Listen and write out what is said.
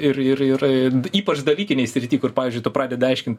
ir ir ir ypač dalykinėj srity kur pavyzdžiui tu pradedi aiškint